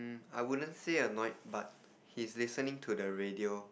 I wouldn't say annoyed but he's listening to the radio